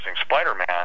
Spider-Man